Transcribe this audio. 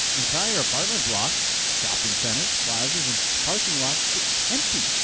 entire apartment blocks, shopping centers, plazas, and parking lots sit empty,